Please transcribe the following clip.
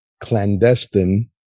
clandestine